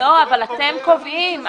אבל אתם קובעים.